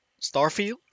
Starfield